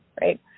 right